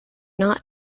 not